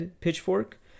pitchfork